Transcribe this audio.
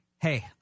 hey